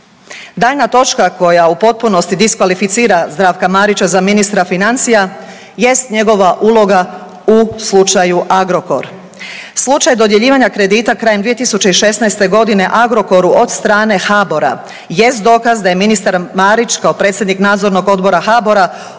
Daljnja točka koja u potpunosti diskvalificira Zdravka Marića za ministra financija jest njegova uloga u slučaju Agrokor. Slučaj dodjeljivanja kredita krajem 2016. godine Agrokoru od strane HBOR-a, jest dokaz da je ministar Marić, kao predsjednik Nadzornog odbora HBOR-a